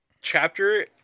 chapter